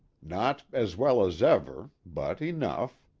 not as well as ever, but enough.